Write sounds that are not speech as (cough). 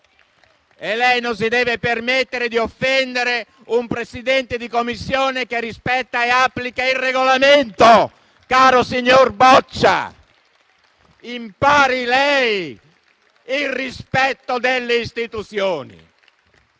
E lei non si deve permettere di offendere un Presidente di Commissione che rispetta e applica il Regolamento, caro signor Boccia. (applause) Impari lei il rispetto delle istituzioni.